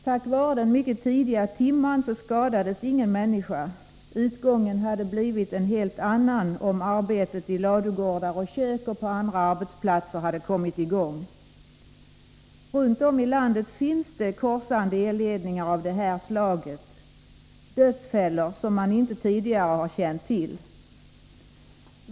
Tack vare den mycket tidiga timmen skadades ingen människa. Utgången hade blivit en helt annan om arbetet i ladugårdar och kök och på andra arbetsplatser hade kommit i gång. Runt om i landet finns det korsande elledningar av det här slaget — dödsfällor som man inte tidigare har känt till.